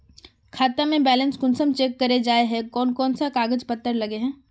खाता में बैलेंस कुंसम चेक करे जाय है कोन कोन सा कागज पत्र लगे है?